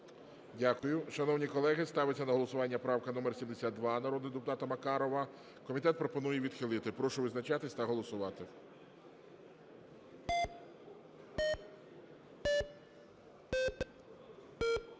Дякую. Шановні колеги, ставиться на голосування правка номер 72, народного депутата Макарова. Комітет пропонує її відхилити. Прошу визначатись та голосувати.